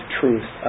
truth